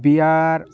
Bihar